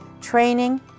training